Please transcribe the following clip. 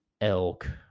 elk